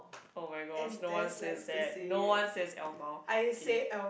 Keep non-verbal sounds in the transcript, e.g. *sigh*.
oh-my-gosh no one says that no one says L mao K *noise*